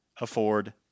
afford